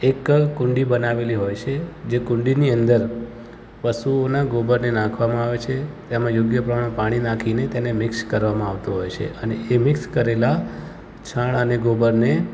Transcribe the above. એક કુંડી બનાવેલી હોય છે જે કુંડીની અંદર પશુઓના ગોબરને નાખવામાં આવે છે તેમાં યોગ્ય પ્રમાણમાં પાણી નાખીને તેને મિક્ષ કરવામાં આવતું હોય છે અને એ મિક્ષ કરેલાં છાણ અને ગોબરને